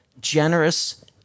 generous